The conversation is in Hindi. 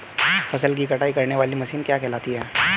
फसल की कटाई करने वाली मशीन कहलाती है?